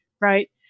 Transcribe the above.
right